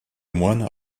moyne